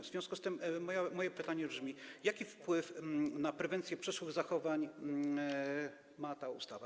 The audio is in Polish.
W związku z tym moje pytanie brzmi: Jaki wpływ na prewencję przyszłych zachowań ma ta ustawa?